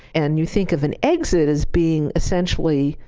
and you think of an exit as being essentially,